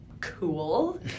Cool